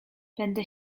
będę